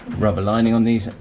rubber lining on these,